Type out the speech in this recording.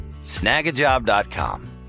snagajob.com